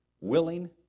willing